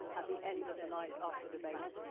at the end of the night after debate.